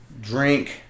Drink